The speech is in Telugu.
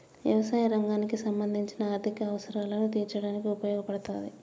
యవసాయ రంగానికి సంబంధించిన ఆర్ధిక అవసరాలను తీర్చడానికి ఉపయోగపడతాది